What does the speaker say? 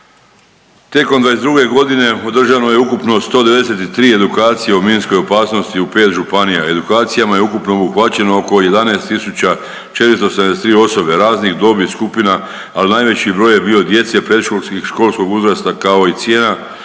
Tijekom '22.g. održano je ukupno 193 edukacije o minskoj opasnosti u 5 županija, edukacijama je ukupno obuhvaćeno oko 11.473 osobe raznih dobi i skupina, al najveći broj je bio djece predškolskih i školskog uzrasta, kao i ciljane